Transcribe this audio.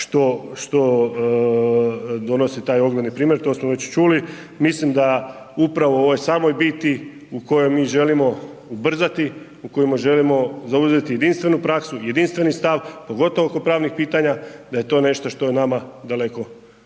što donosi taj ogledni primjer to smo već čuli, mislim da upravo u ovoj samoj biti u kojoj mi želimo ubrzati, u kojima želimo zauzeti jedinstvenu praksu, jedinstveni stav, pogotovo oko pravnih pitanja da je to nešto što je nama daleko